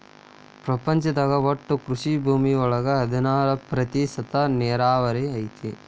ಪ್ರಪಂಚದಾಗ ಒಟ್ಟು ಕೃಷಿ ಭೂಮಿ ಒಳಗ ಹದನಾರ ಪ್ರತಿಶತಾ ನೇರಾವರಿ ಐತಿ